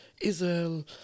Israel